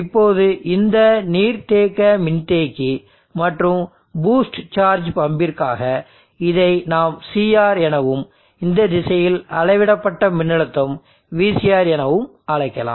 இப்போது இந்த நீர்த்தேக்க மின்தேக்கி மற்றும் பூஸ்ட் சார்ஜ் பம்பிற்காக இதை நாம் CR எனவும் இந்த திசையில் அளவிடப்பட்ட மின்னழுத்தம் VCR எனவும் அழைக்கலாம்